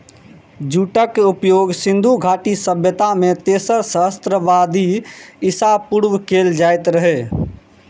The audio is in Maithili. जूटक उपयोग सिंधु घाटी सभ्यता मे तेसर सहस्त्राब्दी ईसा पूर्व कैल जाइत रहै